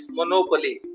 monopoly